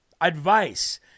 advice